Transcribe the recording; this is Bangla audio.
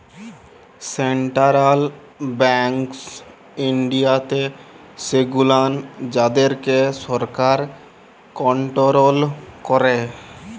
সেন্টারাল ব্যাংকস ইনডিয়াতে সেগুলান যাদেরকে সরকার কনটোরোল ক্যারে